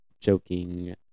Joking